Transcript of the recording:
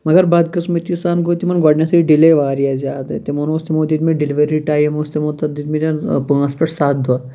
مَگَر بَد قسمتی سان گوٚو تِمَن گۄڈٕنیٚتھٕے ڈِلے واریاہ زیادٕ تمن اوس تمو دِتمٕتۍ ڈیٚلِوری ٹایم اوس تِمو تَتھ دِتمٕتۍ پانٛژھ پٮ۪ٹھ سَتھ دۄہ